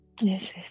Yes